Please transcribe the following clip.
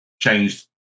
changed